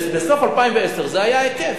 בסוף 2010 זה היה ההיקף.